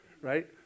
right